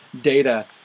data